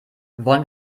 wollen